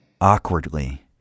Awkwardly